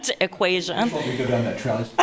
equation